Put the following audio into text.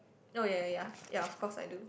orh ya ya ya ya of course I do